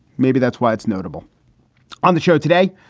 maybe that's why it's notable on the show today.